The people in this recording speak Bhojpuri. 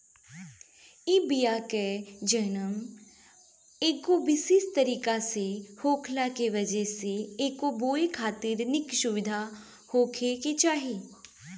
इ बिया के जनम एगो विशेष तरीका से होखला के वजह से एके बोए खातिर निक सुविधा होखे के चाही